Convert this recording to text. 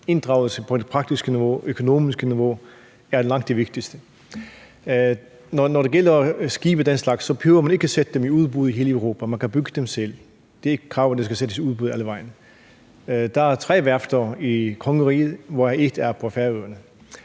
inddragelse på det praktiske niveau, på det økonomiske niveau er langt det vigtigste. Når det gælder skibe og den slags, behøver man ikke at sende dem i udbud i hele Europa – man kan bygge dem selv. Det er ikke et krav, at det skal sendes i udbud alle vegne. Der er tre værfter i kongeriget, hvoraf det ene er på Færøerne.